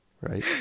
right